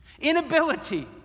inability